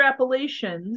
extrapolations